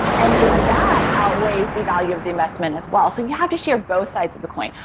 and if that outweighs the value of the investment as well. so and you have to share both sides of the coin.